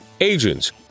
agents